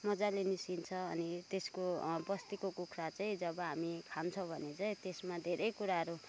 मज्जाले निस्किन्छ अनि त्यसको बस्तीको कुखुरा चाहिँ जब हामी खान्छौँ भने चाहिँ त्यसमा धेरै कुराहरू